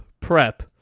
prep